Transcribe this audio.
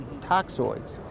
toxoids